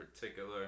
particular